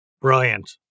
Brilliant